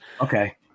Okay